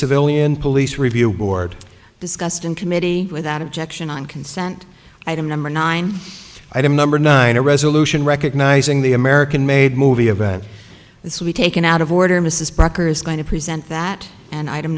civilian police review board discussed in committee without objection on consent item number nine item number nine a resolution recognizing the american made movie event this week taken out of order mrs parker is going to present that an item